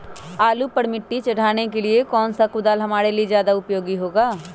आलू पर मिट्टी चढ़ाने के लिए कौन सा कुदाल हमारे लिए ज्यादा उपयोगी होगा?